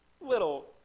little